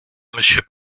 monsieur